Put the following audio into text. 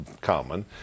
common